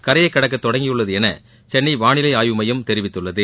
கரையை கடக்க தொடங்கியுள்ளது என சென்னை வானிலை ஆய்வு மையம் தெரிவித்துள்ளது